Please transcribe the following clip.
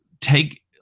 take